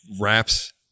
wraps